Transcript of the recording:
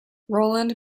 roland